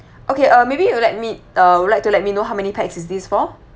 okay uh maybe you let me uh would like to let me know how many pax is these for